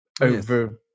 over